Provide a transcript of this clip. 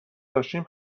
داشتیم